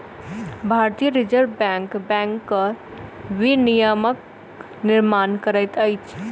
भारतीय reserve bank बैंकक विनियमक निर्माण करैत अछि